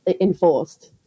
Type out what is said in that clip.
enforced